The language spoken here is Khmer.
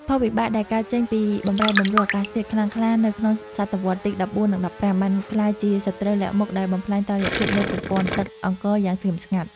ផលវិបាកដែលកើតចេញពីបម្រែបម្រួលអាកាសធាតុខ្លាំងក្លានៅក្នុងសតវត្សទី ១៤ និង ១៥ បានក្លាយជាសត្រូវលាក់មុខដែលបំផ្លាញតុល្យភាពនៃប្រព័ន្ធទឹកអង្គរយ៉ាងស្ងៀមស្ងាត់។